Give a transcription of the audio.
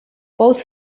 both